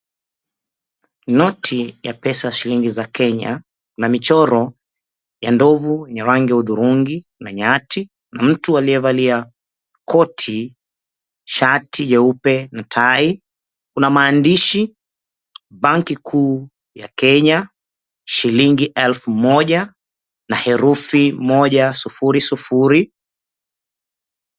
Noti ya pesa shilingi za Kenya na michoro ya ndovu yenye rangi ya udhrungi na nyati. Mtu aliyevalia koti, shati nyeupe, tai. Kuna maandishi Banki Kuu ya Kenya, shilingi elfu moja na herufi moja sufuri sufuri.